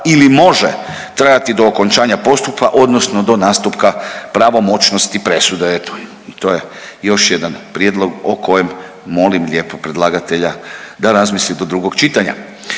ili može trajati do okončanja postupka odnosno do nastupka pravomoćnosti presude, eto i to je još jedan prijedlog o kojem molim lijepo predlagatelja da razmisli do drugog čitanja.